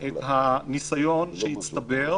את הניסיון שהצטבר,